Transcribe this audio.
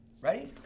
Ready